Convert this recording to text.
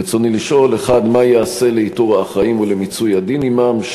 ברצוני לשאול: 1. מה ייעשה לאיתור האחראים ולמיצוי הדין עמם?